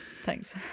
Thanks